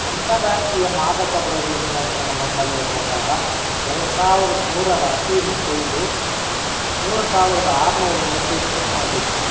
ಅಂತಾರಾಷ್ಟ್ರೀಯ ಮಾದಕ ದ್ರವ್ಯ ನಿಯಂತ್ರಣ ಮಂಡಳಿಯ ಪ್ರಕಾರ ಎರಡು ಸಾವಿರದ ಮೂರರ ಅಫೀಮು ಕೊಯ್ಲು ಮೂರು ಸಾವಿರದ ಆರುನೂರು ಮೆಟ್ರಿಕ್ ಟನ್ ಆಗಿತ್ತು